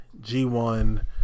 G1